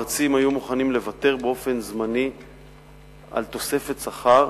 שבהם מרצים היו מוכנים לוותר באופן זמני על תוספת שכר